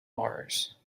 mars